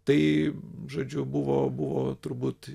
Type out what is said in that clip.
tai žodžiu buvo buvo turbūt